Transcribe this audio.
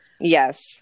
yes